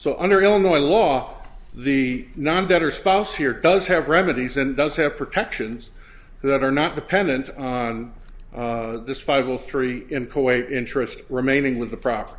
so under illinois law the non debtor spouse here does have remedies and does have protections that are not dependent on this five all three in kuwait interest remaining with the proper